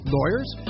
Lawyers